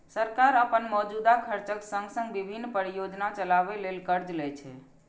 सरकार अपन मौजूदा खर्चक संग संग विभिन्न परियोजना चलाबै ले कर्ज लै छै